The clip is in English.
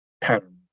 pattern